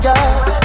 God